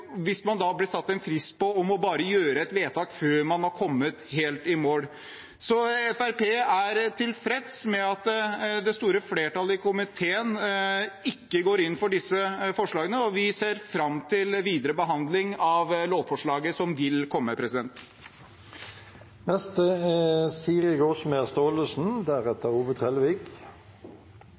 blir satt en frist, må man gjøre et vedtak før man er kommet helt i mål. Fremskrittspartiet er tilfreds med at det store flertallet i komiteen ikke går inn for disse forslagene, og vi ser fram til videre behandling av lovforslaget som vil komme.